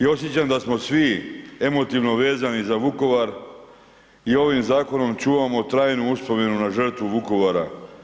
Osjećam da smo svi emotivno vezani za Vukovar i ovim zakonom čuvamo trajnu uspomenu na žrtvu Vukovara.